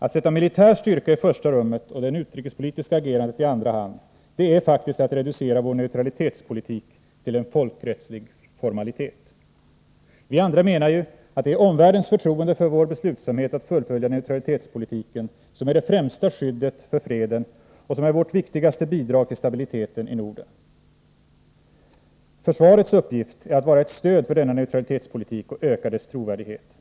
Att sätta militär styrka i första rummet och det utrikespolitiska agerandet i andra hand — det är faktiskt att reducera vår neutralitetspolitik till en folkrättslig formalitet. Vi andra menar ju att det är omvärldens förtroende för vår beslutsamhet att fullfölja neutralitetspolitiken som är det främsta skyddet för freden och vårt viktigaste bidrag till stabiliteten i Norden. Försvarets uppgift är att vara ett stöd för denna neutralitetspolitik och öka dess trovärdighet.